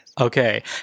okay